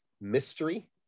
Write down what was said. mystery